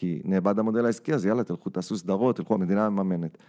תודה שפניתם ל SLI Tech פתרונות מתקדמים, אנא המתינו ותענו בהקדם